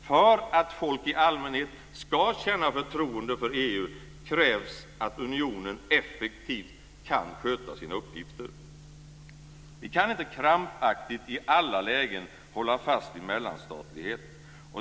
För att folk i allmänhet ska känna förtroende för EU krävs att unionen effektivt kan sköta sina uppgifter. Vi kan inte krampaktigt i alla lägen hålla fast vid mellanstatlighet.